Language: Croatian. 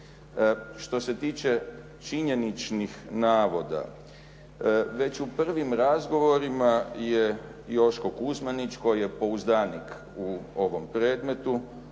Što se tiče činjeničnih navoda, već u prvim razgovorima je Joško Kuzmanić koji je pouzdanik u ovom predmetu